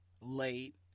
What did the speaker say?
late